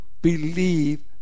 Believe